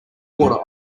water